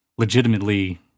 Legitimately